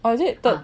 oh is it